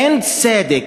אין צדק,